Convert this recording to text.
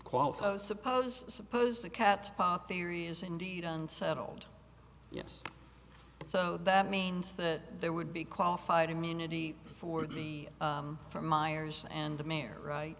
qualify suppose suppose the cat theory is indeed unsettled yes so that means that there would be qualified immunity for the for myers and the mayor right